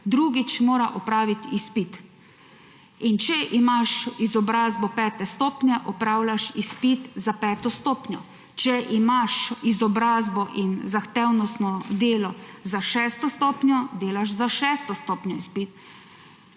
drugič mora opraviti izpit. In če imaš izobrazbo pete stopnje, opravljaš izpit za peto stopnjo. Če imaš izobrazbo in zahtevnostno delo za šesto stopnjo, delaš za šesto stopnjo izpit.